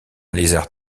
lézard